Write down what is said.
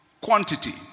quantity